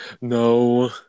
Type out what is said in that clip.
no